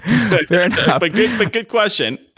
fair enough. ah but good but good question.